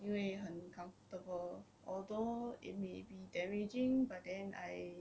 因为很 comfortable although it may be damaging but then I